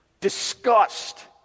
disgust